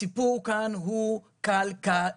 הסיפור כאן הוא כלכלי.